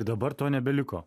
dabar to nebeliko